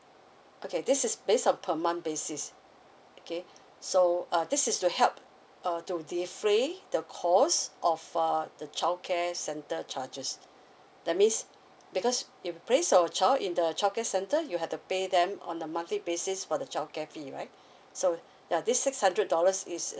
okay this is based on per month basis okay so uh this is to help uh to defray the cost of uh the childcare centre charges that means because if you place your child in the childcare centre you have to pay them on a monthly basis for the childcare fee right so ya this six hundred dollars is a